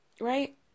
Right